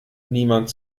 niemand